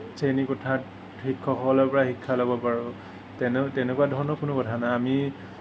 শ্ৰেণীকোঠাত শিক্ষকসকলৰ পৰা শিক্ষা ল'ব পাৰোঁ তেনেকুৱা ধৰণৰ কোনো কথা নাই আমি